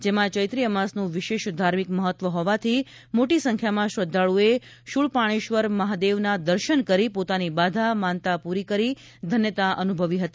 જેમાં ચૈત્રી અમાસનું વિશેષ ધાર્મિક મહત્વ હોવાથી મોટી સંખ્યામાં શ્રદ્વાળુઓએ શૂળપાણેશ્વર મહાદેવના દર્શન કરી પોતાની બાધા માન્યતા પૂરી કરી ધન્યતા અનુભવી હતી